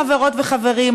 חברות וחברים,